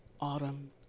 autumn